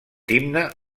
himne